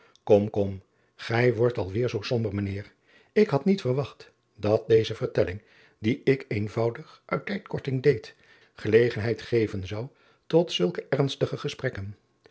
om kom gij wordt al weêr zoo somber mijn eer k had niet verwacht dat deze vertelling die ik eenvoudig uit tijdkorting deed gelegenheid geven zou tot zulke ernstige gesprekken